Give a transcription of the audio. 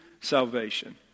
salvation